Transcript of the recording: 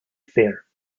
fair